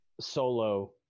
solo